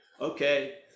okay